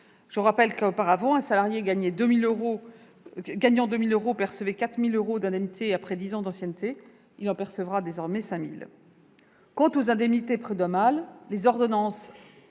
Je rappelle qu'auparavant un salarié gagnant 2 000 euros percevait 4 000 euros d'indemnités après dix ans d'ancienneté ; il en percevra désormais 5 000. Quant aux indemnités prud'homales, les ordonnances